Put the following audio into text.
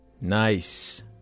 Nice